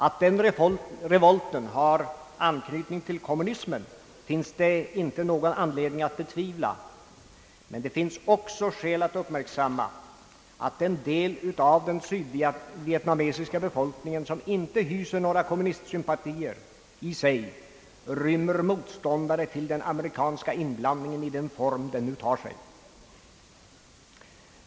Att den revolten har anknytning till kommunismen finns det inte någon anledning att betvivla, men det finns också skäl att uppmärksamma att den del av den sydvietnamesiska befolkningen som inte hyser några kommunistsympatier i sig rymmer motståndare till den amerikanska inblandningen i den form den nu tar sig.